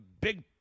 big